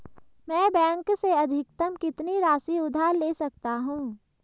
मैं बैंक से अधिकतम कितनी राशि उधार ले सकता हूँ?